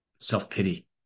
self-pity